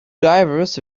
divers